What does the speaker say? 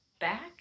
back